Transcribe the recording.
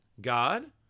God